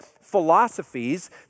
philosophies